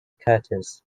curtis